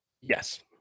Yes